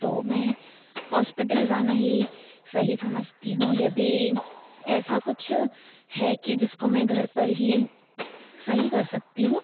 तो मैं हॉस्पिटल जाना ही सही समझती हूँ यदि ऐसा कुछ है कि जिसको मैं घर पर ही सही कर सकती हूँ